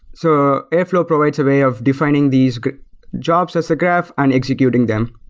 so airflow provides a way of defining these jobs as a graph and executing them.